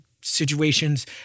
situations